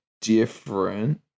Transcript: different